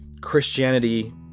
Christianity